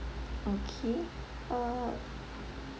okay uh